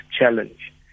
challenge